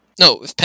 No